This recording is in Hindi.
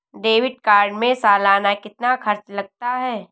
डेबिट कार्ड में सालाना कितना खर्च लगता है?